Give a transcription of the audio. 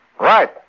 Right